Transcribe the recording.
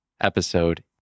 episode